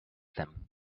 them